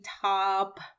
top